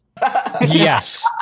Yes